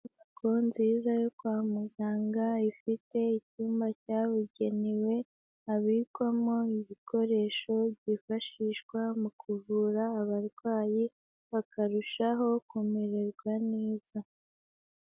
Inzu nziza yo kwa muganga ifite icyumba cyabugenewe, habikwamo ibikoresho byifashishwa mu kuvura abarwayi bakarushaho kumererwa neza.